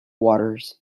waters